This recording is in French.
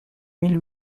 mille